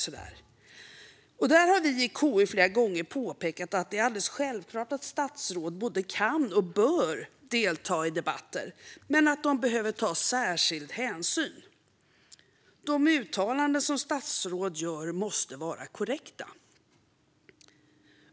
KU har flera gånger påpekat att det är alldeles självklart att statsråd både kan och bör delta i debatter men att de behöver ta särskild hänsyn. De uttalanden som statsråd gör måste vara korrekta.